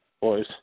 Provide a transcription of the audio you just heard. boys